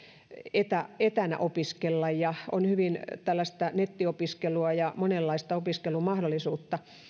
etänä opiskella ja on nettiopiskelua ja monenlaista opiskelumahdollisuutta